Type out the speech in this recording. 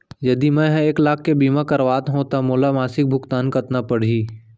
यदि मैं ह एक लाख के बीमा करवात हो त मोला मासिक भुगतान कतना पड़ही?